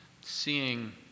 seeing